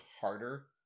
harder